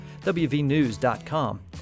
WVNews.com